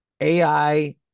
AI